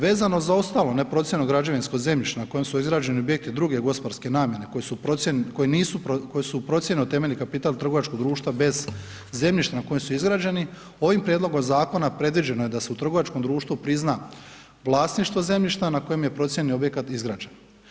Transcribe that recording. Vezano za ostalu neprocijenjeno građevinsko zemljište na kojem su izgrađeni objekti druge gospodarske namjene koji su procijenjeni, koji nisu, koji su procijenjeni u temeljni kapital trgovačkog društva bez zemljišta na kojem su izgrađeni ovim prijedlogom zakona predviđeno je da se u trgovačkom društvu prizna vlasništvo zemljišta na kojem je procijenjeni objekat izgrađen.